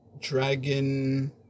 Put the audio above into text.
dragon